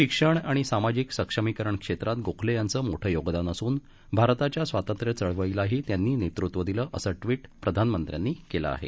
शिक्षण आणि सामाजिक सक्षमीकरण क्षेत्रात गोखले यांचं मोठं योगदान असून भारताच्या स्वातंत्र्यचळवळीलाही त्यांनी नेतृत्व दिलं असं ट्विट प्रधानमंत्र्यांनी केलं आहे